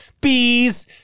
Bees